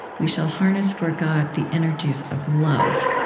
we shall harness for god the energies of love.